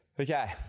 Okay